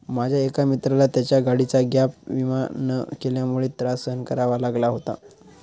माझ्या एका मित्राला त्याच्या गाडीचा गॅप विमा न केल्यामुळे त्रास सहन करावा लागला होता